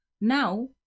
Now